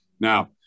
now